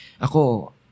ako